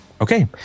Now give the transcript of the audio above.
Okay